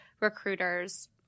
recruiters